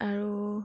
আৰু